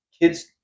kids